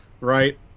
right